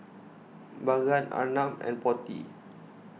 Bhagat Arnab and Potti